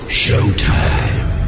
showtime